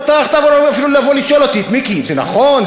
לא טרחת אפילו לבוא לשאול אותי: מיקי, זה נכון?